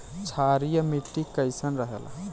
क्षारीय मिट्टी कईसन रहेला?